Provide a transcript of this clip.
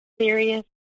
serious